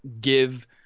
give